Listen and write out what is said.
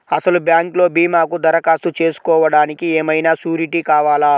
అసలు బ్యాంక్లో భీమాకు దరఖాస్తు చేసుకోవడానికి ఏమయినా సూరీటీ కావాలా?